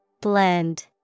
Blend